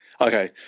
Okay